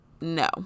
no